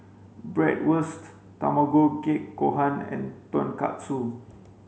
Bratwurst Tamago kake gohan and Tonkatsu